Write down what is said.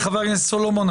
חבר הכנסת סלומון,